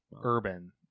urban